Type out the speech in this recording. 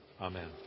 Amen